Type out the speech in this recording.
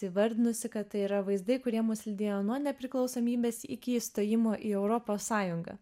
įvardinusi kad tai yra vaizdai kurie mus lydėjo nuo nepriklausomybės iki įstojimo į europos sąjungą